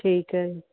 ਠੀਕ ਹੈ